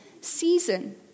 season